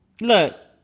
look